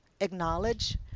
acknowledge